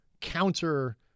counter